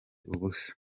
ubusa